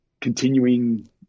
continuing